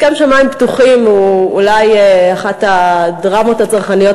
הסכם שמים פתוחים הוא אולי אחת הדרמות הצרכניות